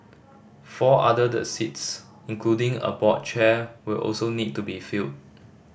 four other the seats including a board chair will also need to be filled